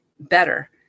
better